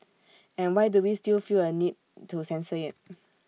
and why do we still feel A need to censor IT